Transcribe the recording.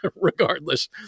regardless